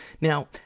Now